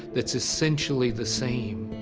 that's essentially the same.